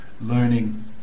learning